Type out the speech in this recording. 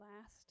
last